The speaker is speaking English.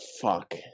Fuck